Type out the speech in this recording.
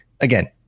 again